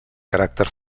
caràcter